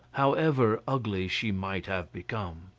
however ugly she might have become.